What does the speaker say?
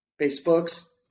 Facebook's